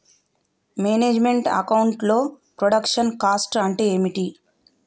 Manage meant account లో production cost అంటే ఏమిటి?